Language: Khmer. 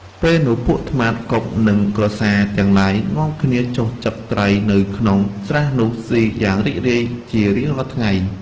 ពេលនោះ ពួកត្មាត កុក និងក្រសារ ទាំងឡាយ នាំគ្នាចុះចឹកត្រីនៅក្នុងស្រះនោះស៊ីយ៉ាងរីករាយជារៀងរាល់ថ្ងៃ។